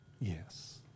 Yes